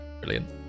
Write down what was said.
Brilliant